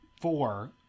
four